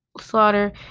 slaughter